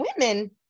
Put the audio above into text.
women